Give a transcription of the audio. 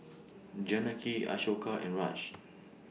Janaki Ashoka and Raj